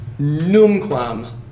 numquam